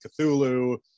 Cthulhu